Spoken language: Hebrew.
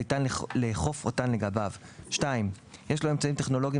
וניתן לאכוף אותן לגביו; יש לו אמצעים טכנולוגיים